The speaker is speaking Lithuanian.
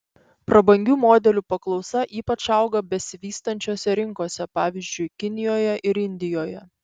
prabangių modelių paklausa ypač auga besivystančiose rinkose pavyzdžiui kinijoje ir indijoje